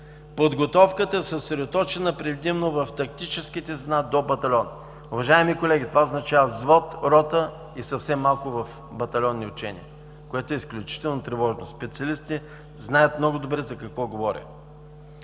Подготовката е съсредоточена предимно в тактическите звена до батальон. Уважаеми колеги, това означава взвод, рота и съвсем малко в батальонни учения, което е изключително тревожно. Специалистите знаят много добре за какво говоря.